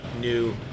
new